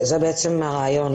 זה בעצם הרעיון,